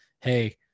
hey